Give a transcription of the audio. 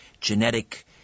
genetic